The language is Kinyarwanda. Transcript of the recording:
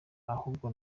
ahubwo